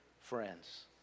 friends